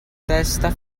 testa